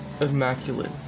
immaculate